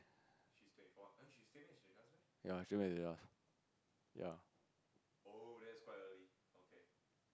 ya came back with us ya